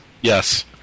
Yes